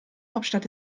hauptstadt